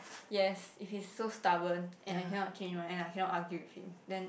yes if he's so stubborn and I cannot change and I cannot argue with him then